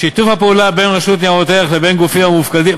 שיתוף הפעולה בין רשות ניירות ערך לבין גופים המופקדים,